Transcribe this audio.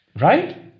Right